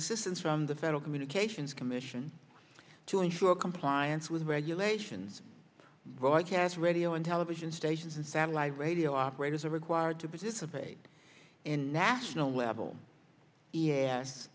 assistance from the federal communications commission to ensure compliance with regulations broadcast radio and television stations and satellite radio operators are required to participate in national level